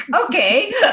okay